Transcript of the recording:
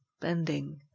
bending